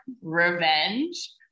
revenge